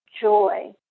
joy